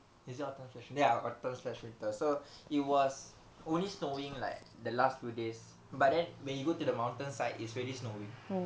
is it autumn slash winter ya autumn slash winter so it was only snowing like the last few days but then when you go to the mountain site it's already snowing